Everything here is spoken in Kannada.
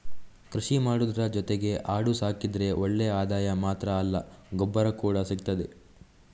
ಕೃಷಿ ಮಾಡುದ್ರ ಜೊತೆಗೆ ಆಡು ಸಾಕಿದ್ರೆ ಒಳ್ಳೆ ಆದಾಯ ಮಾತ್ರ ಅಲ್ಲ ಗೊಬ್ಬರ ಕೂಡಾ ಸಿಗ್ತದೆ